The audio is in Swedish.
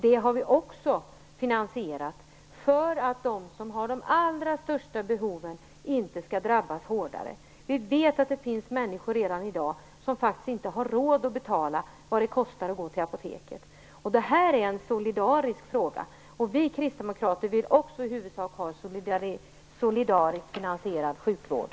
Det har vi också finansierat, för att de som har de allra största behoven inte skall drabbas hårdare. Vi vet att det redan i dag finns människor som faktiskt inte har råd att betala vad det kostar att gå till apoteket. Detta är en fråga om solidaritet. Vi kristdemokrater vill också i huvudsak ha en solidariskt finansierad sjukvård.